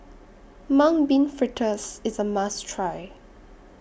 Mung Bean Fritters IS A must Try